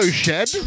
shed